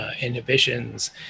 inhibitions